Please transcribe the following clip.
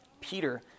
Peter